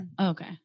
Okay